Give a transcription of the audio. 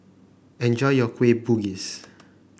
enjoy your Kueh Bugis